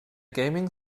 gaming